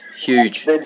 huge